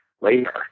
later